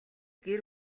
гэр